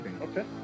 Okay